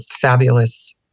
fabulous